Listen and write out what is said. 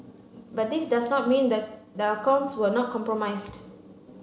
but this does not mean that the accounts were not compromised